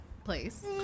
place